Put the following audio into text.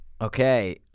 Okay